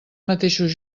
mateixos